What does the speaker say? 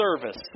service